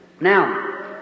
Now